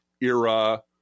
era